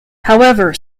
however